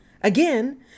Again